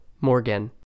Morgan